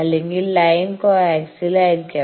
അല്ലെങ്കിൽ line coaxial ആയിരിക്കാം